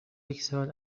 یکسال